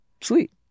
Sweet